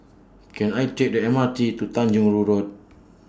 Can I Take The M R T to Tanyong Rhu Road